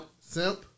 Simp